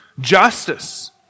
justice